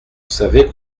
savez